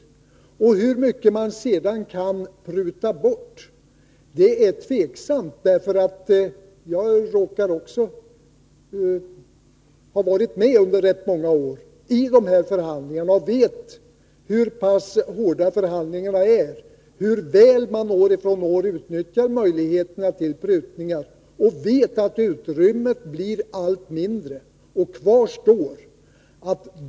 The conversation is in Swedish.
Det är tveksamt hur mycket man sedan kan pruta bort. Även jag råkar ha varit med under ganska många år i de här förhandlingarna och vet hur pass hårda de är, hur väl man år från år utnyttjar möjligheterna till prutningar, och jag vet att utrymmet blir allt mindre.